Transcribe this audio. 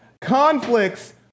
conflicts